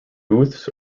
booths